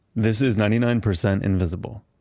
this is ninety nine percent invisible.